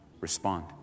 respond